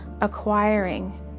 acquiring